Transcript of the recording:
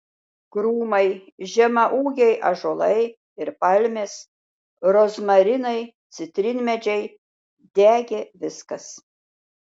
krūmai žemaūgiai ąžuolai ir palmės rozmarinai citrinmedžiai degė viskas